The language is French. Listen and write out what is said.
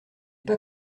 pas